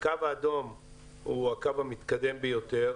הקו האדום הוא הקו המתקדם ביותר